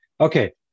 Okay